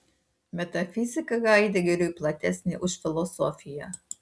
metafizika haidegeriui platesnė už filosofiją